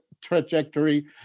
trajectory